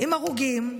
עם הרוגים,